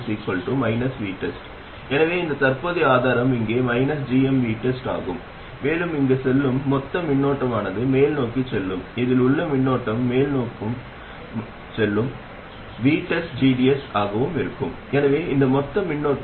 இப்போது நீங்கள் பார்க்கும் இந்த சர்க்யூட் மிகவும் ஒத்ததாக உள்ளது இதை நான் நகலெடுக்கிறேன் அதே சர்க்யூட்டில் நான் நகலெடுத்துள்ளேன் மேலும் நான் இங்கே முன்னிலைப்படுத்த விரும்புவது மூல பின்னூட்டம் சார்பு கொண்ட பொதுவான மூல பெருக்கியின் ஒற்றுமை